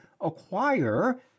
acquire